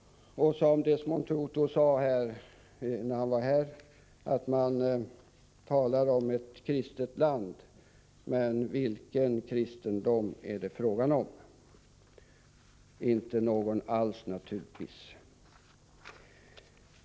Som Desmond Tutu sade när han var här: Man talar om ett kristet land, men vilken kristendom är det fråga om? Inte någon alls, naturligtvis!